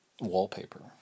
wallpaper